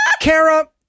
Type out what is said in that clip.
Kara